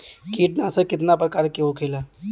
कीटनाशक कितना प्रकार के होखेला?